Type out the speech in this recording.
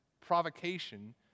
provocation